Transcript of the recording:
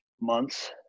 months